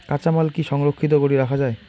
কাঁচামাল কি সংরক্ষিত করি রাখা যায়?